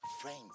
friends